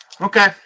Okay